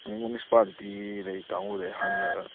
ꯎꯝ ꯃ꯭ꯌꯨꯅꯤꯁꯤꯄꯥꯂꯤꯇꯤꯗꯩ ꯀꯥꯡꯕꯨꯗꯩ ꯍꯪꯡꯒ